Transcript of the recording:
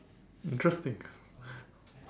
interesting